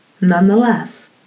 Nonetheless